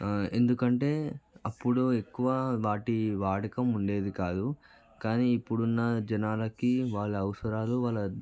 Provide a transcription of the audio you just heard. ఎందుకంటే అప్పుడు ఎక్కువ వాటి వాడకం ఉండేది కాదు కానీ ఇప్పుడున్న జనాలకి వాళ్ళ అవసరాలు వాళ్ళ